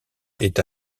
est